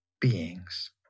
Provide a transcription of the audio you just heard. beings